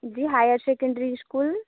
ji higher secondary school